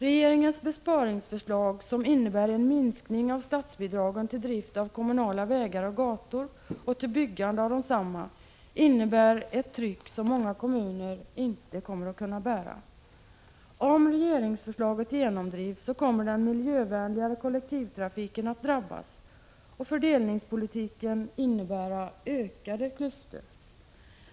Regeringens besparingsförslag, som innebär en minskning av statsbidragen till drift av kommunala vägar och gator och till byggande av desamma, för med sig ett tryck som många kommuner inte kommer att kunna bära. Om regeringsförslaget genomdrivs, kommer den miljövänligare kollektivtrafiken att drabbas och fördelningspolitiken att innebära ökade klyftor.